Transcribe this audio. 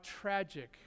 tragic